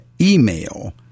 email